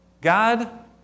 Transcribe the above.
God